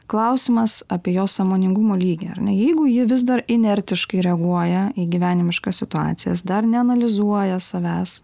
klausimas apie jos sąmoningumo lygį ar ne jeigu ji vis dar inertiškai reaguoja į gyvenimiškas situacijas dar neanalizuoja savęs